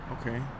Okay